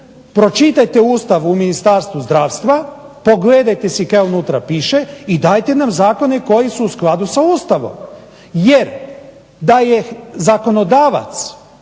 pročitajte Ustav u Ministarstvu zdravstva, pogledajte si kaj unutra piše i dajte nam zakone koji su u skladu sa Ustavom. Jer da je zakonodavac